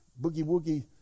boogie-woogie